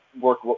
work